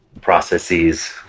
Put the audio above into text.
processes